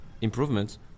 improvements